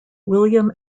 william